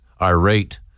irate